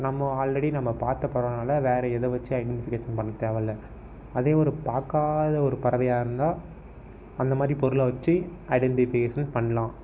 நம்ம ஆல்ரெடி நம்ம பார்த்த பறவைனால வேறே எதை வச்சும் ஐடென்டிஃபிகேஷன் பண்ண தேவைல்ல அதையும் ஒரு பார்க்காத ஒரு பறவையாகருந்தா அந்தமாதிரி பொருளை வச்சு ஐடெண்டிஃபிகேஷன் பண்ணலாம்